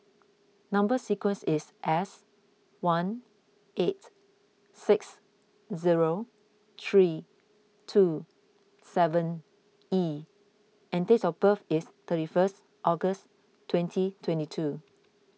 Number Sequence is S one eight six zero three two seven E and date of birth is thirty first August twenty twenty two